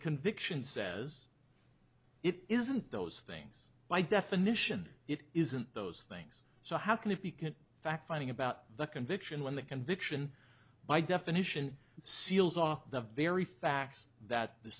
conviction says it isn't those things by definition it isn't those things so how can it be can fact finding about the conviction when the conviction by definition seals off the very facts that the